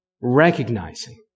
recognizing